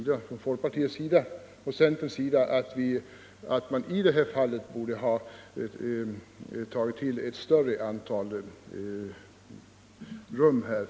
Därför 47 anser vi i folkpartiet att det borde ha tagits till ett större antal studiestöd.